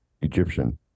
Egyptian